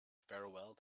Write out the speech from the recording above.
farewell